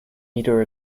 meter